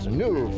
new